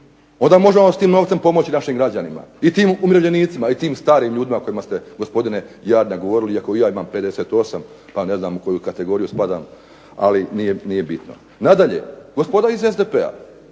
onda možemo s tim novce pomoći našim građanima i tim umirovljenicima, i tim starim ljudima govorili iako i ja imam 58 pa ne znam u koju kategoriju spadam, ali nije ni bitno. Nadalje, gospoda iz SDP-a